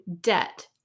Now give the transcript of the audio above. debt